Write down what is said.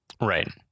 Right